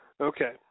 Okay